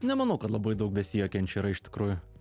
nemanau kad labai daug besijuokiančių yra iš tikrųjų